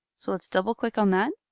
so let's double click on that.